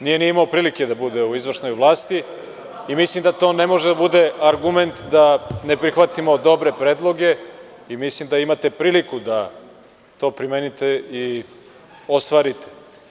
Nije ni imao prilike da bude u izvršnoj vlasti i mislim da to ne može da bude argument da ne prihvatimo dobre predloge i mislim da imate priliku da to primenite i ostvarite.